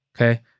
Okay